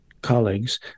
colleagues